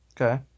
Okay